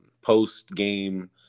post-game